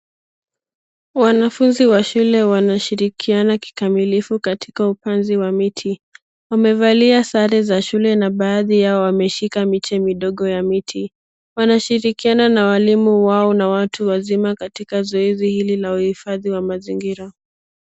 Wanafunzi wa shule wanashirikiana kikamilifu katika upanzi wa miti. Wamevalia sare za shule na baadhi yao wameshika miche midogo ya miti. Wanashirikiana na walimu wao na watu wazima katika zoezi hili la uhifadhi wa mazingira.